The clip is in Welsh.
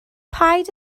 paid